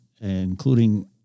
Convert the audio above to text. including